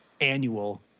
annual